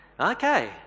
Okay